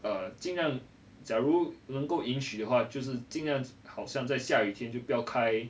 err 尽量假如能够允许的话就是尽量好像在下雨天就不要开